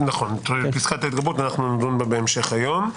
פסקת ההתגברות נדון בה בהמשך היום.